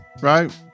right